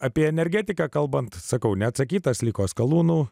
apie energetiką kalbant sakau neatsakytas liko skalūnų